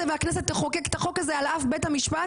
והכנסת תחוקק את החוק הזה על אף בית המשפט,